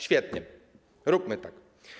Świetnie, róbmy tak.